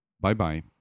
Bye-bye